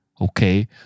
okay